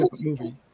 movie